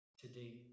today